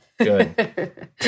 Good